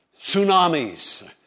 tsunamis